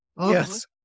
Yes